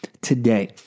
today